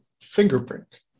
fingerprint